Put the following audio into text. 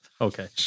Okay